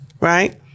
Right